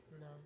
no